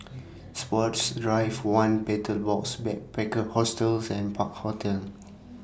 Sports Drive one Betel Box Backpackers Hostel and Park Hotel